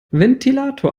ventilator